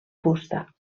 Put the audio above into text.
fusta